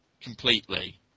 completely